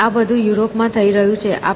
તેથી આ બધું યુરોપમાં થઈ રહ્યું છે